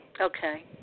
okay